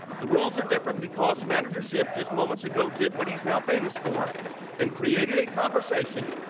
the rules are different because manager shipped as moments ago did what is now famous four and created a conversation